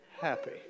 happy